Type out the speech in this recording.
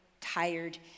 tired